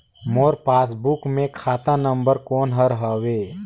मोर passbook मे खाता number कोन हर हवे?